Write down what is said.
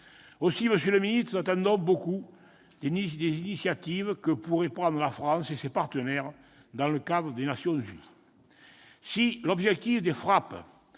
Aussi, monsieur le ministre, nous attendons beaucoup des initiatives que pourraient prendre la France et ses partenaires dans le cadre des Nations unies. Si les frappes